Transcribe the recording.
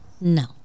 no